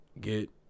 get